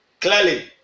clearly